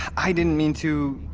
i didn't mean to.